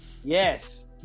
Yes